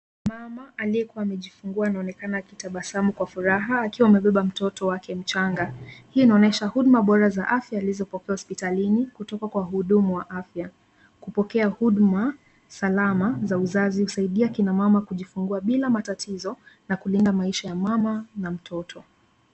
Mama aliyekuwa amejifungua anaonekana akitabasamu kwa furaha akiwa amebeba mtoto wake mchanga. Hii inaonyesha huduma bora za afya alizopokea hospitalini kutoka kwa wahudumu wa afya. Kupokea huduma salama za uzazi husaidia kina mama kujifungua bila matatizo na kulinda maisha ya mama na mtoto.